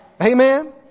Amen